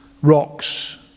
rocks